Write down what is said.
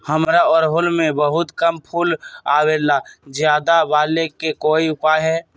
हमारा ओरहुल में बहुत कम फूल आवेला ज्यादा वाले के कोइ उपाय हैं?